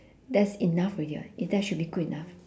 that's enough already [what] it that should be good enough